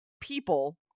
people